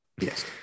Yes